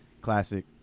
classic